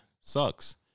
sucks